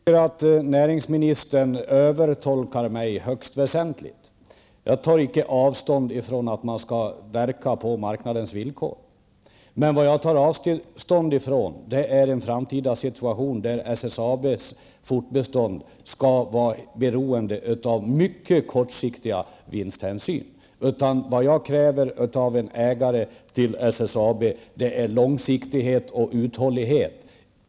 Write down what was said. Herr talman! Jag tycker att näringsministern övertolkar mig högst väsentligt. Jag tar inte avstånd från att man skall verka på marknadens villkor. Men vad jag tar avstånd från är en framtida situation, där SSABs fortbestånd skall vara beroende av mycket kortsiktiga vinsthänsyn. Vad jag kräver av en ägare till SSAB är långsiktighet och uthållighet.